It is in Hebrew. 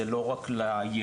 זה לא רק לילדים,